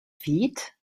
feet